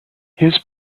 his